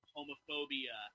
homophobia